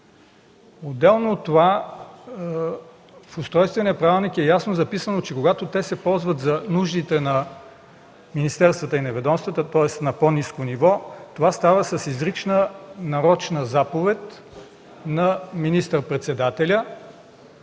Отделно от това, в устройствения правилник ясно е записано, че когато се ползва за нуждите на министерствата и ведомствата, тоест на по-ниско ниво, това става с изрична, нарочна заповед на министър-председателя